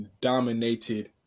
dominated